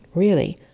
really.